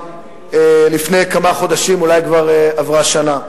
לפני כמה חודשים, אולי כבר עברה שנה.